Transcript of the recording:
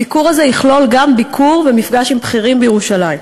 הביקור הזה יכלול גם ביקור ומפגש עם בכירים בירושלים.